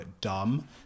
dumb